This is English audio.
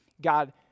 God